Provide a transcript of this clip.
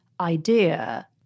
idea